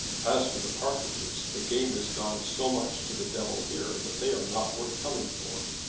as for the partridges, the game has gone so much to the devil here, that they are not worth coming for.